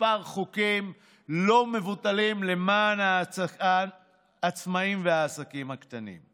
מספר חוקים לא מבוטל למען העצמאים והעסקים הקטנים.